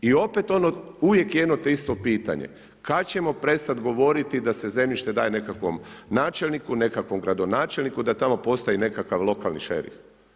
I opet ono uvijek jedno te isto pitanje, kada ćemo prestati govoriti da se zemljište daje nekakvom načelniku, nekakvom gradonačelniku, da tamo postoji nekakav lokalni šerif.